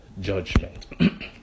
judgment